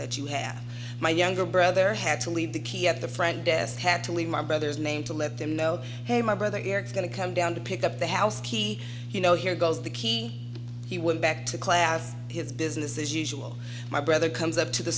that you have my younger brother had to leave the key of the friend desk had to leave my brother's name to let them know hey my brother you're going to come down to pick up the house key you know here goes the key he went back to class his business as usual my brother comes up to the